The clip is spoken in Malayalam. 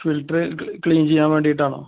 ഫിൽട്ടർ ക്ലീൻ ചെയ്യാൻ വേണ്ടിയിട്ടാണോ